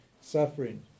suffering